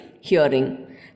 hearing